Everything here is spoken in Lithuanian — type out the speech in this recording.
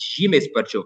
žymiai sparčiau